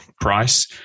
Price